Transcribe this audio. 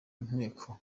nteko